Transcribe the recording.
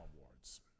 awards